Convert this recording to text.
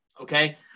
okay